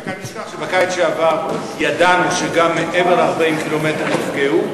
רק אל תשכח שבקיץ שעבר ידענו שגם מעבר ל-40 ק"מ נפגעו.